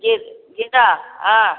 जी गेंदा हाँ